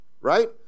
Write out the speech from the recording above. right